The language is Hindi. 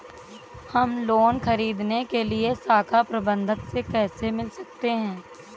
हम लोन ख़रीदने के लिए शाखा प्रबंधक से कैसे मिल सकते हैं?